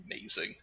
Amazing